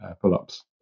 pull-ups